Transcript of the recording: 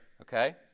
Okay